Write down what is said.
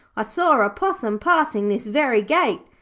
i saw a possum passing this very gate,